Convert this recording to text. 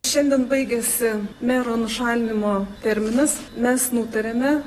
šiandien baigėsi mero nušalinimo terminas mes nutarėme